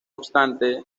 obstante